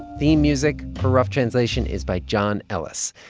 theme music for rough translation is by john ellis.